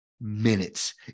minutes